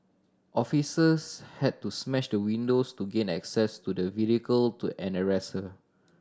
officers had to smash the windows to gain access to the vehicle to arrest her